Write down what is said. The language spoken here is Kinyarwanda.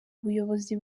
ubuyobozi